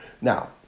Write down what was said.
Now